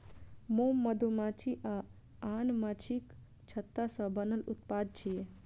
मोम मधुमाछी आ आन माछीक छत्ता सं बनल उत्पाद छियै